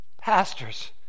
pastors